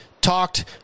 talked